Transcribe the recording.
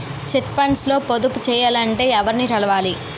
Chit funds లో పొదుపు చేయాలంటే ఎవరిని కలవాలి?